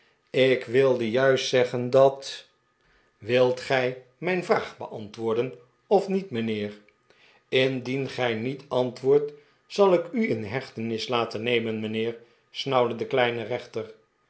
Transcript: ik wilde juist zeggen dat wilt gij rnijn vraag beantwoorden of niet mijnheer indien gij niet antwoordt zal ik u in hechtenis laten nemen mijnheer snauwde de kleine rechter